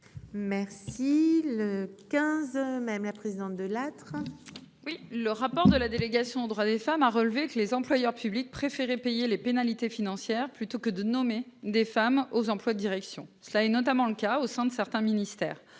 Merci le 15 même. La présidente de l'être. Oui le rapport de la délégation aux droits des femmes a relevé que les employeurs publics préféraient payer les pénalités financières plutôt que de nommer des femmes aux emplois direction cela est notamment le cas au sein de certains ministères